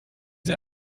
sie